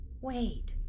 Wait